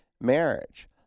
marriage